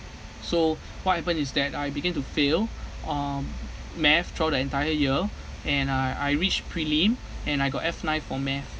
so what happen is that I began to fail um math throughout the entire year and uh I reach prelim and I got F nine for math